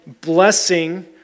blessing